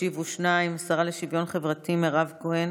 ישיבו שניים: השרה לשוויון חברתי מירב כהן,